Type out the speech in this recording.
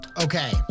Okay